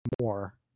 more